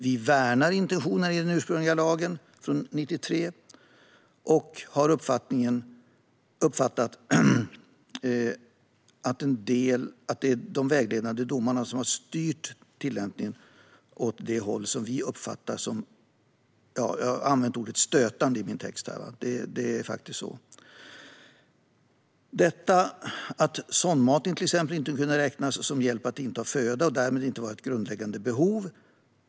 Vi värnar intentionerna i den ursprungliga lagen från 1993 och har uppfattat att en del av de vägledande domarna har styrt tillämpningen åt ett håll som vi uppfattar som stötande - det är det ord jag har använt i mitt manus, och så uppfattar vi det faktiskt. Det är till exempel totalt obegripligt att sondmatning inte skulle kunna räknas som hjälp att inta föda och därmed inte anses vara ett grundläggande behov.